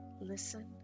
Listen